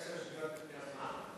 עשר שניות לפני הזמן.